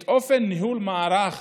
את אופן ניהול מערך